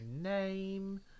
Name